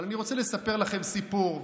אבל אני רוצה לספר לכם סיפור,